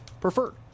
preferred